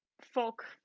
folk